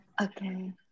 okay